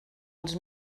els